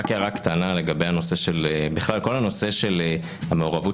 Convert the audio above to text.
רק הערה קטנה לגבי בכלל כל הנושא של המעורבות